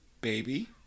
baby